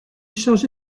chargé